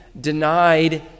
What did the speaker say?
denied